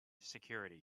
security